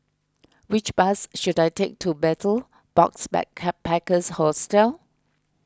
which bus should I take to Betel Box Backpackers Hostel